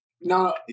No